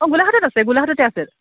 অঁ গোলাঘাটত আছে গোলাঘাটতে আছে